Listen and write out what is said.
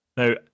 Now